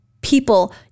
people